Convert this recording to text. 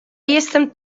jestem